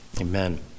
Amen